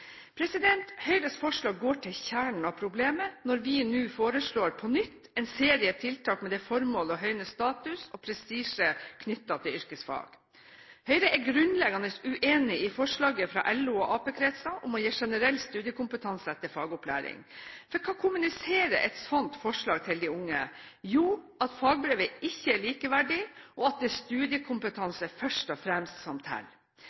Høyres forslag går til kjernen av problemet når vi nå – på nytt – foreslår en serie tiltak med det formål å høyne status og prestisje knyttet til yrkesfag. Høyre er grunnleggende uenig i forslaget fra LO og Ap-kretser om å gi generell studiekompetanse etter fagopplæring, for hva kommuniserer et slikt forslag til de unge? Jo, at fagbrevet ikke er likeverdig, og at det først og fremst er studiekompetanse som